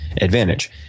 advantage